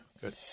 good